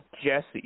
Jesse